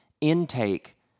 intake